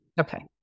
Okay